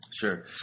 Sure